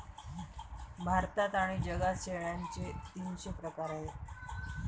भारतात आणि जगात शेळ्यांचे तीनशे प्रकार आहेत